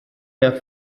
der